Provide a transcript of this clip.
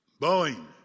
Boeing